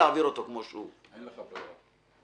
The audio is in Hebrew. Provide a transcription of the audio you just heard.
אין לך ברירה.